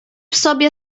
sobie